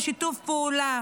בשיתוף פעולה.